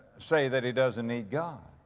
say that he doesn't need god.